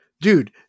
Dude